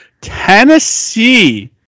Tennessee